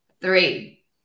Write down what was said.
Three